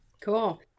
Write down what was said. Cool